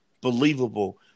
believable